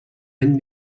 any